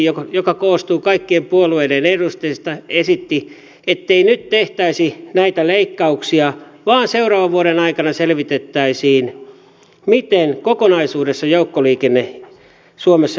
hallintoneuvosto joka koostuu kaikkien puolueiden edustajista yksimielisesti esitti ettei nyt tehtäisi näitä leikkauksia vaan seuraavan vuoden aikana selvitettäisiin miten kokonaisuudessa joukkoliikenne suomessa järjestetään